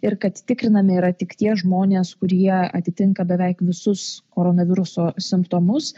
ir kad tikrinami yra tik tie žmonės kurie atitinka beveik visus koronaviruso simptomus